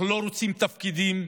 אנחנו לא רוצים תפקידים,